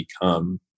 become